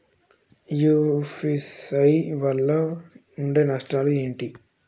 UPI వల్ల ఉండే నష్టాలు ఏంటి??